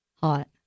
Hot